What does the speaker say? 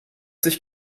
sich